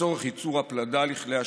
לצורך ייצור הפלדה לכלי השיט.